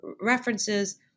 references